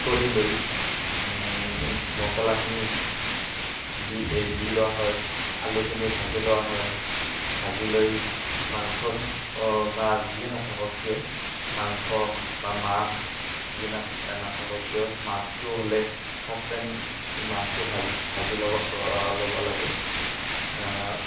কৰি লৈ মছলাখিনি দি দি লোৱা হয় আলুখিনি ভাজি লোৱা হয় ভাজি লৈ মাংস চাংস বা যিয়ে নাথাকক কিয় মাংস বা মাছ যি না নাথাকক কিয় মাছটো হ'লে ফাৰ্ষ্ট টাইম ম মাছটো ভা ভাজি ল'ব ল'ব লাগে